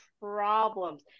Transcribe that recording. problems